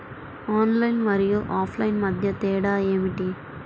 Online మరియు offline మధ్య తేడా ఏమిటీ?